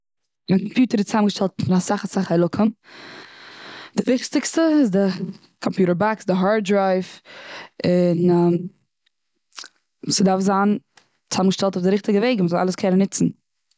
קאמפיוטער איז צוזאמגעשטעלט פון אסאך אסאך חלקים. די וויכטיגסטע די קאמפיוטער באקס, די הארד דרייוו, און ס'איז דארף זיין צוזאמגעשטעלט אויף די ריכטיגע וועג, מ'זאל אלעס קענען נוצן.